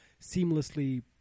seamlessly